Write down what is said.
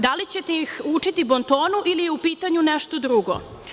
Da li ćete ih učiti bon tonu ili je u pitanju nešto drugo?